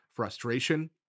Frustration